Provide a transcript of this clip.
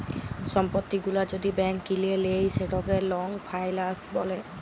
সম্পত্তি গুলা যদি ব্যাংক কিলে লেই সেটকে লং ফাইলাল্স ব্যলে